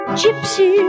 gypsy